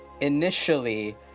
initially